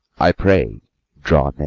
i pray draw